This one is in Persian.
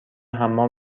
حمام